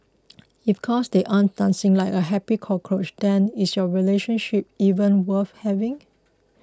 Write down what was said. if cause they aren't dancing like a happy cockroach then is your relationship even worth having